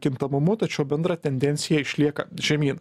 kintamumu tačiau bendra tendencija išlieka žemyn